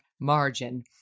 margin